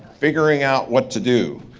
figuring out what to do.